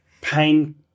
pain